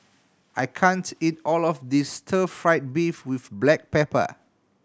I can't eat all of this stir fried beef with black pepper